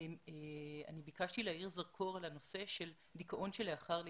היא להאיר זרקור על הנושא של דיכאון של לאחר לידה.